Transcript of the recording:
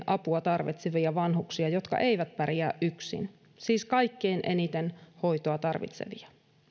apua tarvitsevia vanhuksia jotka eivät pärjää yksin siis kaikkein eniten hoitoa tarvitsevia